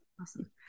Awesome